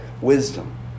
wisdom